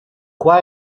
qua